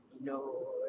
No